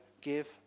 give